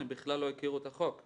הם בכלל לא הכירו את החוק לטענתם.